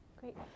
Great